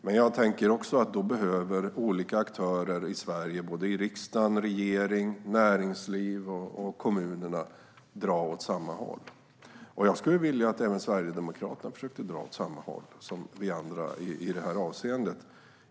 Men jag tänker också att olika aktörer i Sverige, såväl i riksdag och regering som i näringslivet och i kommunerna, behöver dra åt samma håll. Jag skulle vilja att även Sverigedemokraterna försökte dra åt samma håll som vi andra i detta avseende.